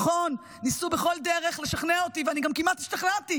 נכון, ניסו בכל דרך לשכנע אותי, וגם כמעט השתכנעתי